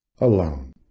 alone